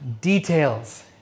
details